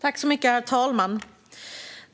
Herr talman!